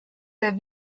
der